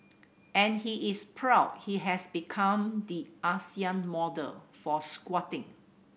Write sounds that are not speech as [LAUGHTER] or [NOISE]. and he is proud he has become the Asian [UNINTELLIGIBLE] model for squatting